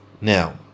Now